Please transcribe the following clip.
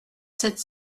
sept